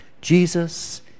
Jesus